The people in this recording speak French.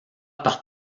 par